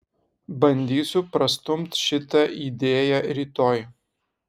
bandysiu prastumt šitą idėją rytoj